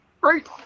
Great